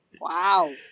Wow